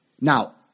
Now